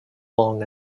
long